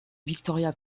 victoria